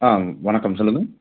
ஆ வணக்கம் சொல்லுங்கள்